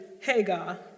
Hagar